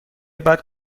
بعد